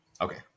Okay